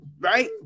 right